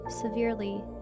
severely